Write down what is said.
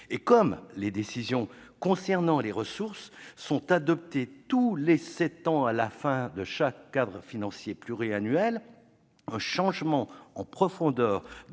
Et comme les décisions concernant les ressources sont adoptées tous les sept ans, à la fin de chaque cadre financier pluriannuel, un changement en profondeur